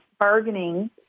bargaining